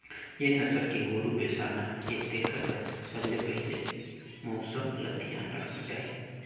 जेन नसल के गोरु बेसाना हे तेखर बर सबले पहिले मउसम ल धियान रखना चाही